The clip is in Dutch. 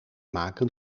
maken